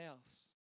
house